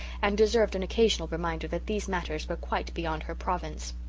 and deserved an occasional reminder that these matters were quite beyond her province.